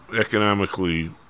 economically